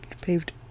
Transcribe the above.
paved